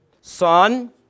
Son